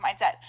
mindset